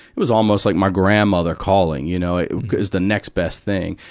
it was almost like my grandmother calling. you know, it was the next best thing.